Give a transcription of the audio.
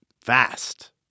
fast